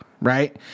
Right